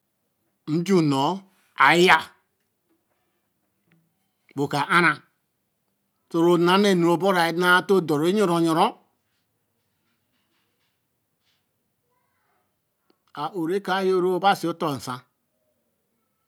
Mju nu ã-ya bo ka a-ra toro na na nu te re õ nãã te yoruyaru a õ re ka yo cu base oton nsan.